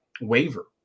waiver